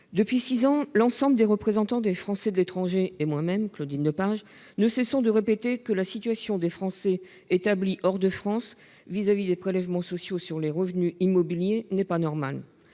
Depuis six ans, l'ensemble des représentants des Français de l'étranger ne cessent de répéter que la situation des Français établis hors de France vis-à-vis des prélèvements sociaux sur les revenus immobiliers n'est pas normale.